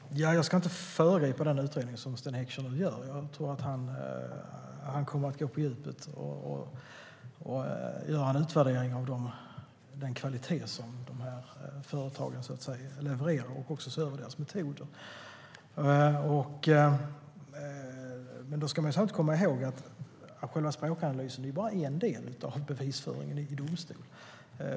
Herr talman! Jag ska inte föregripa den utredning som Sten Heckscher nu gör. Han kommer att gå på djupet och utvärdera den kvalitet som dessa företag levererar. Han ska också se över deras metoder. Språkanalyser är bara en del av bevisföringen i domstol.